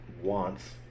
wants